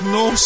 no